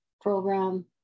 program